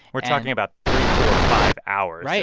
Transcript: we're talking about three, four, five hours.